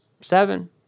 Seven